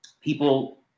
people